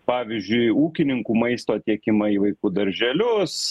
pavyzdžiui ūkininkų maisto tiekimą į vaikų darželius